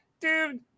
Dude